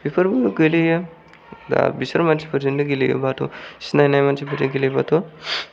बेफोरबो गोलैयो दा बिसोर मानसिफोरजोंनो गेलेयोबाथ' सिनायनाय मानसिफोरजों गेलेयोबाथ'